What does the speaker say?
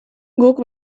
guk